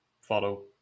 follow